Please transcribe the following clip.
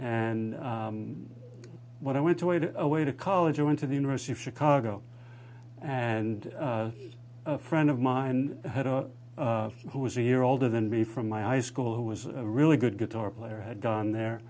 and when i went away to away to college i went to the university of chicago and a friend of mine had a who was a year older than me from my high school who was a really good guitar player had gone there